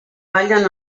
ballen